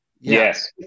Yes